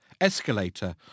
escalator